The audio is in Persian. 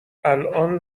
الان